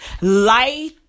light